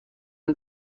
هیچ